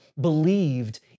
believed